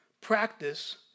practice